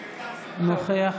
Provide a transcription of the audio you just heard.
בעד מוסי רז,